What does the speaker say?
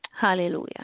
Hallelujah